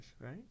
right